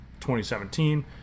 2017